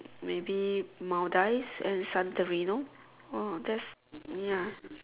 maybe Maldives and Santarino oh that's ya